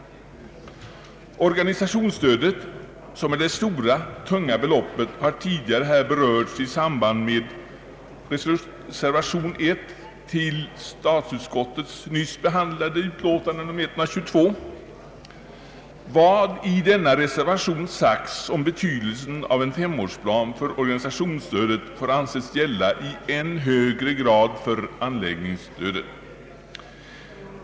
Organisationsstödet, som är det stora, tunga beloppet, har tidigare här berörts i samband med reservation 1 till statsutskottets nyss behandlade utlåtande nr 122. Vad i denna reservation sagts om betydelsen av en femårsplan för organisationsstödet får anses gälla i än högre grad för anläggningsstödet.